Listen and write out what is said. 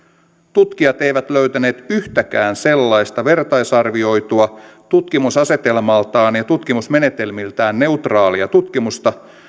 tutkijat eivät löytäneet yhtäkään sellaista vertaisarvioitua tutkimusasetelmaltaan ja tutkimusmenetelmiltään neutraalia tutkimusta